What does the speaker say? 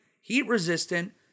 heat-resistant